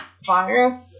fire